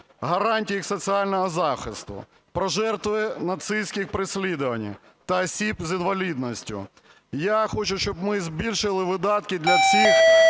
гарантії їх соціального захисту", "Про жертви нацистських переслідувань" та осіб з інвалідністю. Я хочу, щоб ми збільшили видатки для всіх